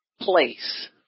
place